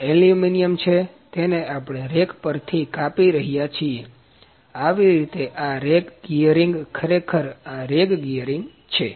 આ એલ્યુમિનિયમ છે અને તેને આપણે રેક પરથી કાપી રહ્યા છીએ આવી રીતે આ રેગ ગીયરીંગ ખરેખર આ રેગ ગીયરીંગ છે